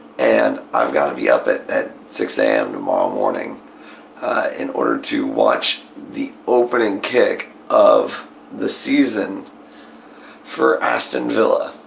and i've got to be up at at six a m. tomorrow morning in order to watch the opening kick of the season for aston villa.